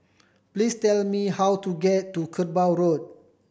please tell me how to get to Kerbau Road